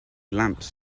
lamps